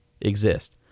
exist